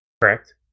correct